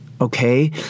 okay